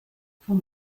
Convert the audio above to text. von